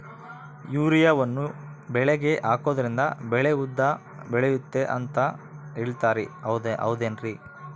ಯೂರಿಯಾವನ್ನು ಬೆಳೆಗೆ ಹಾಕೋದ್ರಿಂದ ಬೆಳೆ ಉದ್ದ ಬೆಳೆಯುತ್ತೆ ಅಂತ ಹೇಳ್ತಾರ ಹೌದೇನ್ರಿ?